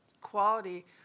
quality